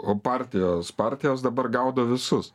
o partijos partijos dabar gaudo visus